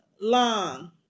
long